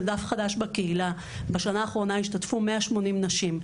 דף חדש בקהילה בשנה האחרונה השתתפו 180 נשים.